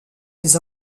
des